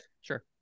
Sure